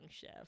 chef